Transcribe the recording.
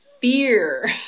fear